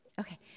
Okay